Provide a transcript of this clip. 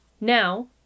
now